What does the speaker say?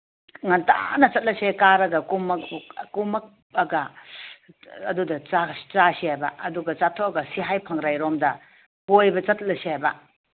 ꯉꯟꯇꯥꯅ ꯆꯠꯂꯁꯦ ꯀꯥꯔꯒ ꯀꯨꯝꯃꯛꯑꯒ ꯑꯗꯨꯗ ꯆꯥꯁꯦꯕ ꯑꯗꯨꯒ ꯆꯥꯊꯣꯛꯑꯒ ꯁꯤꯍꯥꯏ ꯐꯪꯔꯩꯔꯣꯝꯗ ꯀꯣꯏꯕ ꯆꯠꯂꯨꯁꯦꯕ